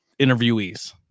interviewees